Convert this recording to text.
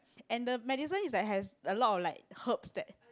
and the medicine is like has a lot of like herbs that